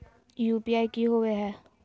UPI की होवे है?